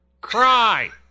cry